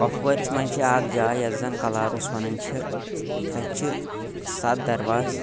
کۄپوٲرِس منٛز چھ اکھ جاے یتھ زن کَلارُس وَنان چھِ تَتہِ چھِ سَتھ درواز